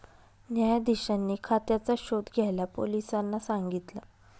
न्यायाधीशांनी खात्याचा शोध घ्यायला पोलिसांना सांगितल